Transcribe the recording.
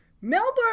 Melbourne